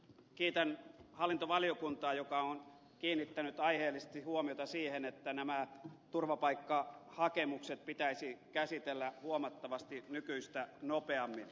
kiitän hallintovaliokuntaa joka on kiinnittänyt aiheellisesti huomiota siihen että nämä turvapaikkahakemukset pitäisi käsitellä huomattavasti nykyistä nopeammin